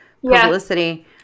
publicity